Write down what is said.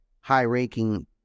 high-ranking